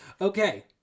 okay